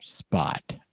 spot